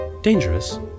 Dangerous